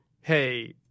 hey